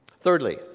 Thirdly